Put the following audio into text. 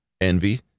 envy